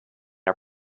are